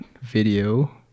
video